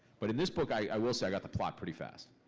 but in this book, i will say, i got the plot pretty fast.